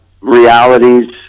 realities